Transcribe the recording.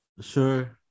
Sure